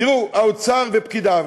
תראו, האוצר ופקידיו,